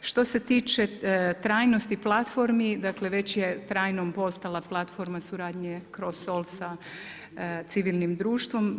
Što se tiče trajnosti platformi, dakle već je trajnom postala platforma suradnje kroz … [[Govornica se ne razumije.]] civilnim društvom.